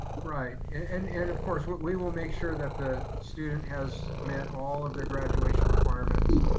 right, and and of course but we will make sure that the student has met all of their graduation requirements.